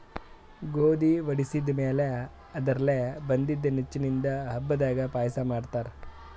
ಗೋಧಿ ವಡಿಸಿದ್ ಮ್ಯಾಲ್ ಅದರ್ಲೆ ಬಂದಿದ್ದ ನುಚ್ಚಿಂದು ಹಬ್ಬದಾಗ್ ಪಾಯಸ ಮಾಡ್ತಾರ್